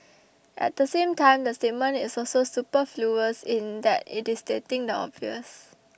at the same time the statement is also superfluous in that it is stating the obvious